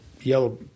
yellow